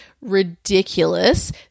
ridiculous